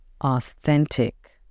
authentic